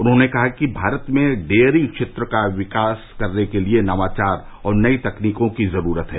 उन्होंने कहा कि भारत में डेयरी क्षेत्र का विस्तार करने के लिए नवाचार और नई तकनीकों की जरूरत है